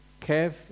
Kev